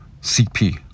CP